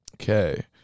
Okay